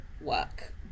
work